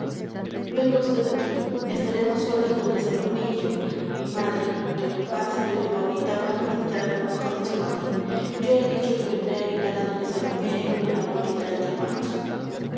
venga vd aquí estaremos solas doña salomé y yo mi madre doña paz y doña paulita van a visitar a las monjas de chamartín yo he dicho que vendré a ayudar a doña salomé en una labor que trae entre manos